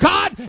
God